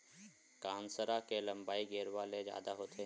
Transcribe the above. कांसरा के लंबई गेरवा ले जादा होथे